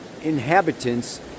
inhabitants